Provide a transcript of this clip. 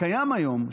שקיים היום,